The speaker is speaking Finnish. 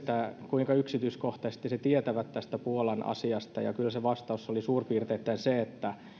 kuinka yksityiskohtaisesti he tietävät tästä puolan asiasta ja kyllä se vastaus oli suurin piirtein se että